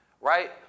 right